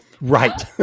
Right